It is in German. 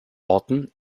orten